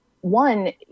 One